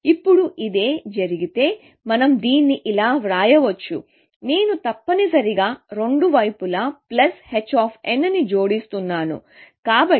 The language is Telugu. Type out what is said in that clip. ఇప్పుడు ఇదే జరిగితే మనం దీన్ని ఇలా వ్రాయవచ్చు నేను తప్పనిసరిగా రెండు వైపులా ప్లస్ hని జోడిస్తున్నాను